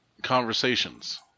Conversations